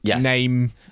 name